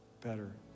better